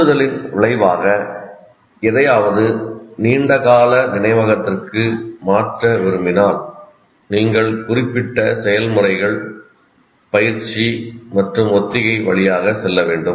தூண்டுதலின் விளைவாக எதையாவது நீண்டகால நினைவகத்திற்கு மாற்ற விரும்பினால் நீங்கள் குறிப்பிட்ட செயல்முறைகள் பயிற்சி மற்றும் ஒத்திகை வழியாக செல்ல வேண்டும்